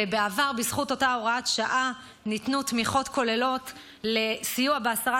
ובעבר בזכות אותה הוראת שעה ניתנו תמיכות כוללות לסיוע בהסרת